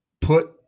put